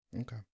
okay